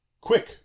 quick